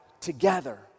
together